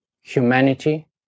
humanity